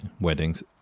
weddings